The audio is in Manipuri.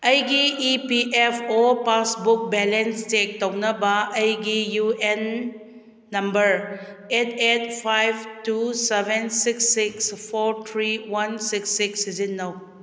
ꯑꯩꯒꯤ E P F O passbook balance check ꯇꯧꯅꯕ ꯑꯩꯒꯤ U N number eight eight five two seven six six four three one six six ꯁꯤꯖꯤꯟꯅꯧ